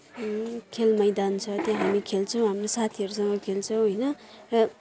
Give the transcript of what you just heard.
खेल मैदान छ त्यहाँ हामी खेल्छौँ हामी साथीहरूसँग खेल्छौँ होइन र